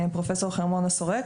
פרופ' חרמונה סורק,